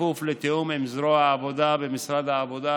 בכפוף לתיאום עם זרוע העבודה במשרד העבודה,